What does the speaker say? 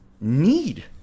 need